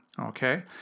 okay